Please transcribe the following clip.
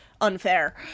unfair